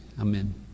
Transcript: Amen